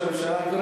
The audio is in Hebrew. אדוני ראש הממשלה,